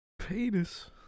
Penis